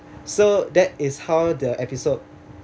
so that is how the episode